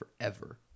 forever